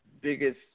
biggest